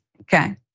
okay